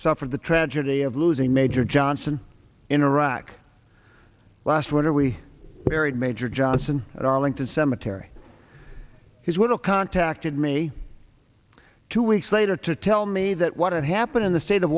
suffer the tragedy of losing major johnson in iraq last winter we buried major johnson at arlington cemetery his widow contacted me two weeks later to tell me that what had happened in the state of